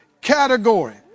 Category